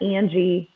Angie